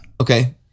Okay